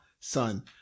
son